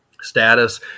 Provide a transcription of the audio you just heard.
status